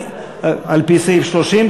על-פי סעיף 30,